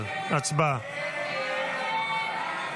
9. הצבעה.